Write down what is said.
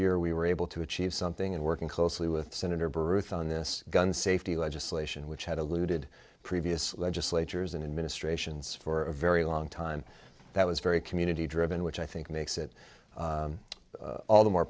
year we were able to achieve something in working closely with senator berth on this gun safety legislation which had alluded previous legislatures and administrations for a very long time that was very community driven which i think makes it all the more